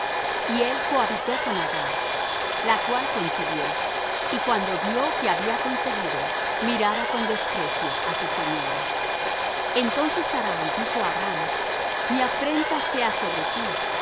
y él cohabitó con agar la cual concibió y cuando vió que había concebido miraba con desprecio á su señora entonces sarai dijo á abram mi afrenta sea sobre ti